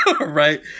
Right